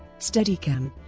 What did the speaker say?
steadicam